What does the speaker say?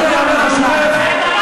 חבר הכנסת, אני קוראת אותך לסדר פעם שלישית.